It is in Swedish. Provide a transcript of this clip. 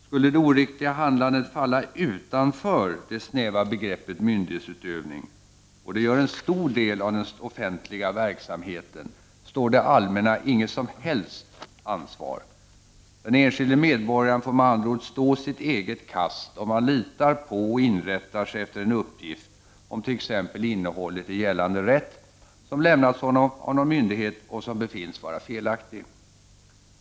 Skulle det oriktiga handlandet falla utanför det snäva begreppet myndighetsutövning — och det gör en stor del av den offentliga verksamheten — står det allmänna inget som helst ansvar. Den enskilde medborgaren får med andra ord stå sitt eget kast, om han litar på och inrättar sig efter en uppgift om t.ex. innehållet i gällande rätt som lämnats honom av någon myndighet och som befinns vara felaktig.